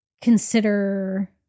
consider